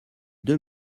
deux